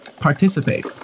participate